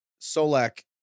Solak